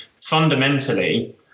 fundamentally